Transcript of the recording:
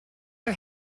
are